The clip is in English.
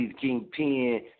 Kingpin